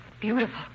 Beautiful